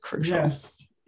Yes